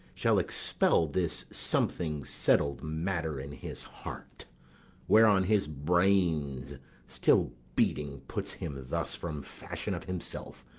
shall expel this something-settled matter in his heart whereon his brains still beating puts him thus from fashion of himself.